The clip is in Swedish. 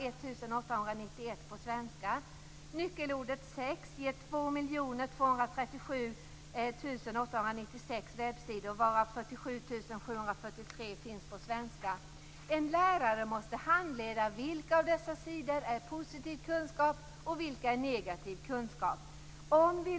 En lärare måste handleda i fråga om vilka av dessa sidor som är positiv kunskap och vilka som är negativ kunskap.